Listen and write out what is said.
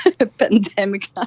Pandemic